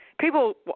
People